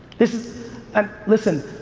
this is um listen,